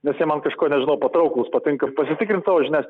nes jie man kažkuo nežinau patrauklūs patinka pasitikrint savo žinias